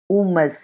uma